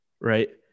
Right